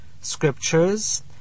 Scriptures